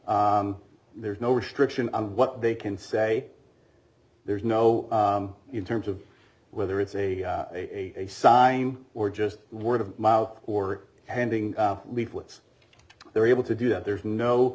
there is no restriction on what they can say there's no in terms of whether it's a a a sign or just word of mouth or handing out leaflets they're able to do that there's no